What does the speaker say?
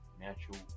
natural